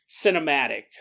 cinematic